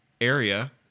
area